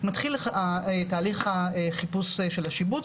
מתחיל תהליך החיפוש של השיבוץ.